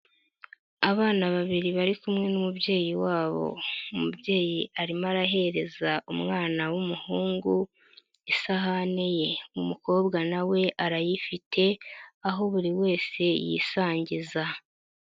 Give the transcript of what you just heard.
Abana babiri bari kumwe n'umubyeyi wabo, umubyeyi arimo arahereza umwana w'umuhungu isahane ye, umukobwa nawe arayifite aho buri wese yisangiza.